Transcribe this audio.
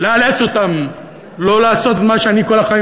לאלץ אותם לא לעשות את מה שאני כל החיים